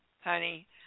honey